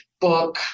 book